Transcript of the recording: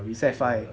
sec five